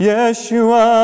Yeshua